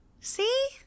See